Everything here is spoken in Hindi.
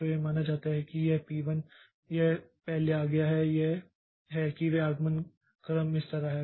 तो यह माना जाता है कि यह P1 यह पहले आ गया है यह है कि वे आगमन क्रम इस तरह है